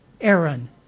Aaron